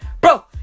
Bro